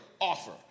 offer